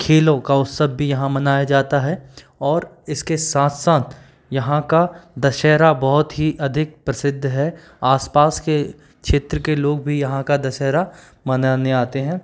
खेलों का उत्सव भी यहाँ मनाया जाता है और इसके साथ साथ यहाँ का दशहरा बहुत ही अधिक प्रसिद्ध है आस पास के क्षेत्र के लोग भी यहाँ का दशहरा मनाने आते हैं